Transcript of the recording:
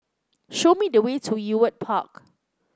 show me the way to Ewart Park